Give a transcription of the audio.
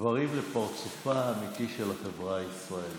דברים לפרצופה האמיתי של החברה הישראלית.